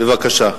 בבקשה.